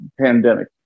pandemic